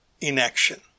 inaction